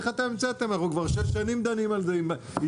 איך אתם המצאתם אנחנו כבר שש שנים דנים על זה איתם.